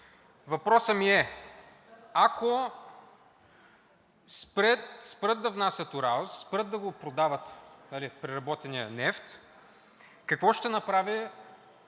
Въпросът ми е: ако спрат да внасят „Уралс“, спрат да продават преработения нефт, какво ще направи,